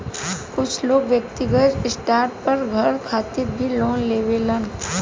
कुछ लोग व्यक्तिगत स्टार पर घर खातिर भी लोन लेवेलन